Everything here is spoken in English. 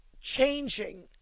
changing